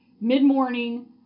mid-morning